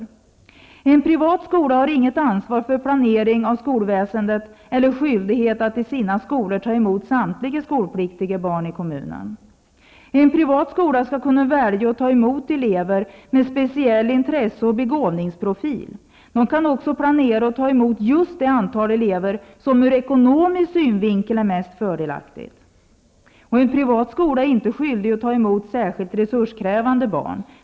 o En privat skola har inget ansvar för planering av skolväsendet eller skyldighet att i sina skolor ta emot samtliga skolpliktiga barn i kommunen. o En privat skola skall kunna välja att ta emot elever med speciell intresse eller begåvningsprofil. De kan också planera att ta emot just det antal elever som ur ekonomisk synvinkel är mest fördelaktigt. o En privat skola är inte skyldig att ta emot särskilt resurskrävande barn.